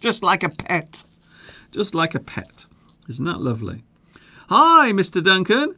just like a pet just like a pet isn't that lovely hi mr. duncan